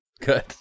Good